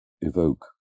evoke